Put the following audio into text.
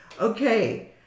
Okay